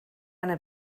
eine